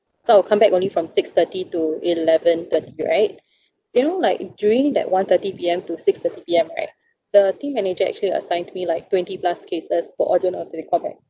so I'll come back only from six thirty to eleven thirty right you know like during that one thirty P_M to six thirty P_M right the team manager actually assigned me like twenty plus cases for order take callback